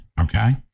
okay